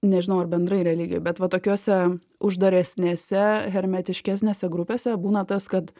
nežinau ar bendrai religijoj bet va tokiose uždaresnėse hermetiškesnėse grupėse būna tas kad